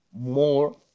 more